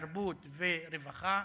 תרבות ורווחה,